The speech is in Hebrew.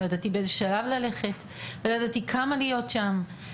לא ידעתי באיזה שלב ללכת ולא ידעתי כמה להיות שם,